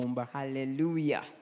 Hallelujah